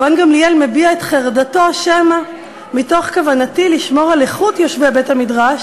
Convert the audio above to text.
והוא מביע את חרדתו: שמא ברצוני לשמור על איכות יושבי בית-המדרש,